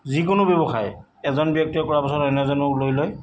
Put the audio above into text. যিকোনো ব্যৱসায় এজন ব্যক্তিয়ে কৰা পাছত অন্য এজনে লৈ লয়